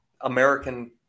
American